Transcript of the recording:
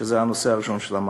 שזה הנושא הראשון שהעלית.